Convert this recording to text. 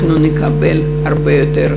אנחנו נקבל הרבה יותר,